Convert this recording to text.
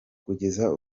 kugeza